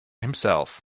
himself